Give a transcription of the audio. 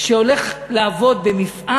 שהולך לעבוד במפעל